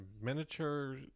miniature